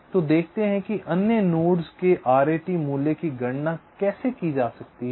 तो देखते हैं कि अन्य नोड्स के आरएटी RAT मूल्य की गणना कैसे की जा सकती है